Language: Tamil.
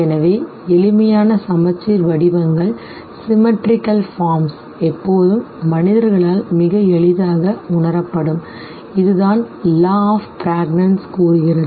எனவே எளிமையான சமச்சீர் வடிவங்கள் எப்போதும் மனிதர்களால் மிக எளிதாக உணரப்படும் இதுதான் law of Prägnanz கூறுகிறது